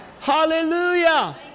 Hallelujah